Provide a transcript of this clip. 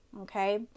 Okay